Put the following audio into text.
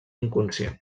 inconscient